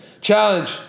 Challenge